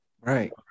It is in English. right